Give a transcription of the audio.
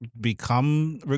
become